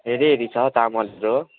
हेरिहेरि छ चामलहरू